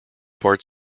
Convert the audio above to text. part